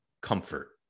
comfort